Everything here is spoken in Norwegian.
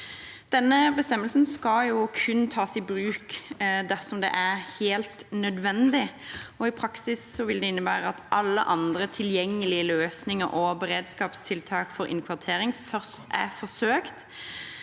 Denne bestemmelsen skal kun tas i bruk dersom det er helt nødvendig. I praksis vil det innebære at alle andre tilgjengelige løsninger og beredskapstiltak for innkvartering først er forsøkt,